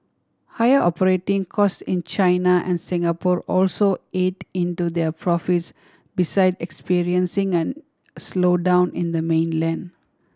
higher operating costs in China and Singapore also ate into their profits besides experiencing an slowdown in the mainland